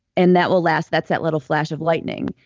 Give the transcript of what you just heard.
and that will last. that's that little flash of lightning.